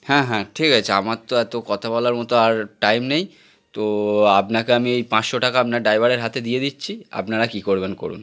হ্যাঁ হ্যাঁ ঠিক আছে আমার তো এত কথা বলার মতো আর টাইম নেই তো আপনাকে আমি এই পাঁচশো টাকা আপনার ড্রাইভারের হাতে দিয়ে দিচ্ছি আপনারা কী করবেন করুন